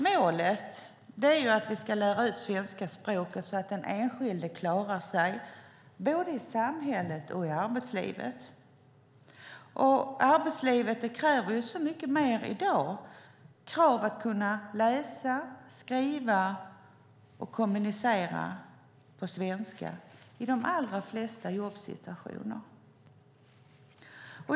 Målet är att vi ska lära ut svenska språket så att den enskilde klarar sig både i samhället och i arbetslivet. Arbetslivet kräver så mycket mer i dag. Det krävs att man kan läsa, skriva och kommunicera på svenska i de allra flesta jobbsituationer.